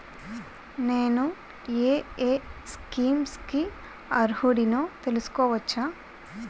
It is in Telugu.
నేను యే యే స్కీమ్స్ కి అర్హుడినో తెలుసుకోవచ్చా?